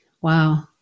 Wow